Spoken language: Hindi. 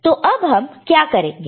तो अब हम क्या करेंगे